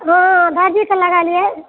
हो दर्जीके लगेलिऐ